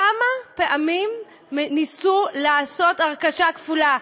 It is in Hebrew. כמה פעמים ניסו לעשות הרכשה כפולה,